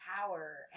power